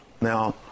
Now